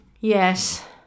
Yes